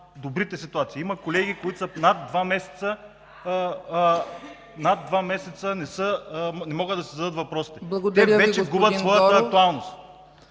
добрите ситуации. Има колеги, които над два месеца не могат да си зададат въпросите. Те вече губят своята актуалност.